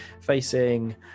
facing